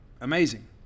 Amazing